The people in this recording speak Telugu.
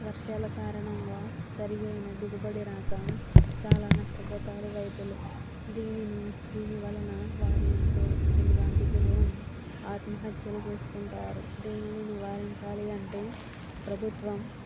వర్షాల కారణంగా సరియైన దిగుబడి రాక చాలా నష్టపోతారు రైతులు దీనిని దీని వలన వారు ఎంతో దిగ్బ్రాంతికి లోనై ఆత్మహత్యలు చేసుకుంటారు దీనిని నివారించాలి అంటే ప్రభుత్వం